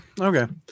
Okay